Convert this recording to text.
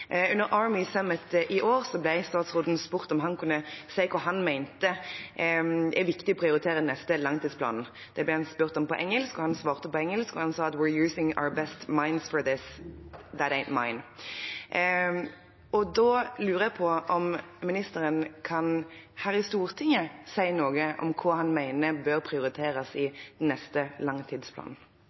Under Army Summit i år ble statsråden spurt om han kunne si hva han mente var viktig å prioritere i den neste langtidsplanen. Han ble spurt på engelsk, han svarte på engelsk, og han sa: «We are using our best minds for this – that ain’t mine.» Da lurer jeg på om ministeren her i Stortinget kan si noe om hva han mener bør prioriteres i neste langtidsplan. Det kan jeg godt gjøre. Jeg vil fortsatt holde på at i den